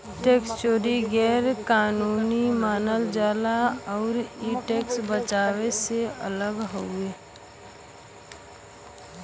tax चोरी गैर कानूनी मानल जाला आउर इ टैक्स बचाना से अलग हउवे